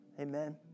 Amen